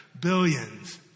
Billions